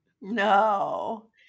No